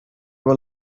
were